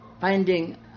finding